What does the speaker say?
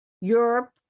Europe